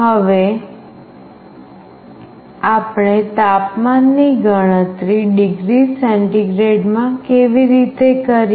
હવે આપણે તાપમાનની ગણતરી ડિગ્રી સેન્ટીગ્રેડમાં કેવી રીતે કરીએ